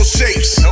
shapes